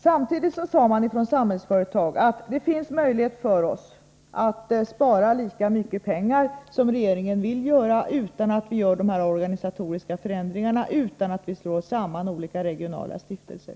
Samtidigt sade man från Samhällsföretags sida att man såg möjligheter att spara lika mycket som regeringen önskade utan att göra de organisatoriska förändringarna, utan att slå samman olika regionala stiftelser.